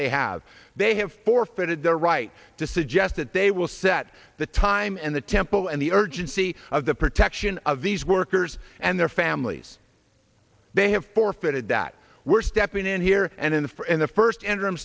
they have they have forfeited their right to suggest that they will set the time and the temple and the urgency of the protection of these workers and their families they have forfeited that we're stepping in here and in the for and the first interim